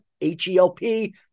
H-E-L-P